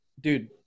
dude